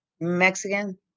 Mexican